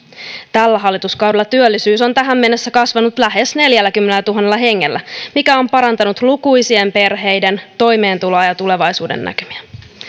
tällä hallituskaudella työllisyys on tähän mennessä kasvanut lähes neljälläkymmenellätuhannella hengellä mikä on parantanut lukuisien perheiden toimeentuloa ja tulevaisuudennäkymiä